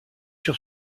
sur